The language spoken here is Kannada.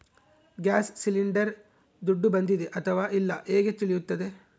ಗ್ಯಾಸ್ ಸಿಲಿಂಡರ್ ದುಡ್ಡು ಬಂದಿದೆ ಅಥವಾ ಇಲ್ಲ ಹೇಗೆ ತಿಳಿಯುತ್ತದೆ?